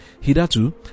Hitherto